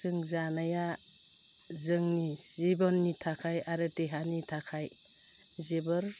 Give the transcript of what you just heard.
जों जानाया जोंनि जिबननि थाखाय आरो देहानि थाखाय जोबोर